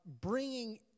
bringing